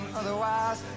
otherwise